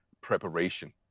preparation